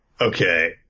Okay